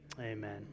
Amen